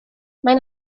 maen